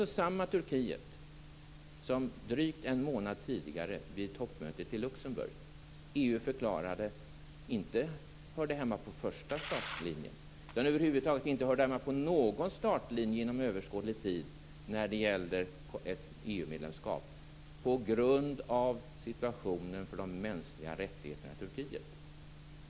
Det var samma Turkiet som EU drygt en månad tidigare, vid toppmötet i Luxemburg, förklarade inte höra hemma på första startlinjen eller inom överskådlig tid över huvud taget inte på någon startlinje när det gällde ett EU-medlemskap. Orsaken var situationen för de mänskliga rättigheterna i Turkiet.